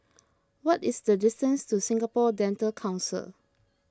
what is the distance to Singapore Dental Council